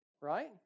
Right